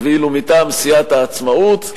מטעם סיעת העצמאות,